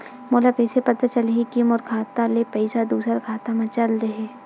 मोला कइसे पता चलही कि मोर खाता ले पईसा दूसरा खाता मा चल देहे?